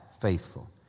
faithful